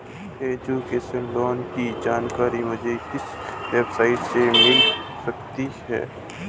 Education loan की जानकारी मुझे किस वेबसाइट से मिल सकती है?